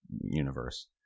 universe